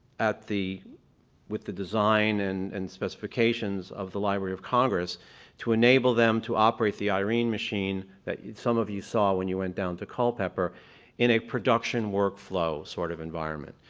at the with the design and and specifications of the library of congress to enable them to operate the irene machine that some of you saw when you went down to culpeper in a production workflow sort of environment.